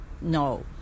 no